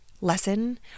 lesson